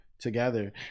together